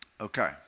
Okay